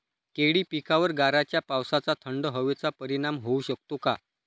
केळी पिकावर गाराच्या पावसाचा, थंड हवेचा परिणाम होऊ शकतो का?